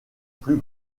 plus